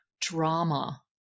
drama